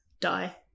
die